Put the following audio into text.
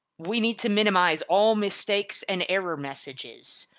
we need to minimize all mistakes and error messages.